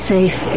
Safe